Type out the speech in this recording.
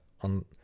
on